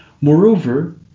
Moreover